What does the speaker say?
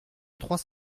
trois